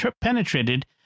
penetrated